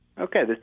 Okay